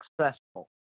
successful